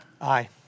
Aye